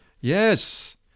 Yes